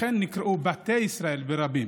לכן הם נקראו "בתי ישראל", ברבים.